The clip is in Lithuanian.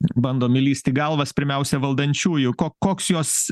bandom įlįst į galvas pirmiausia valdančiųjų ko koks jos